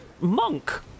monk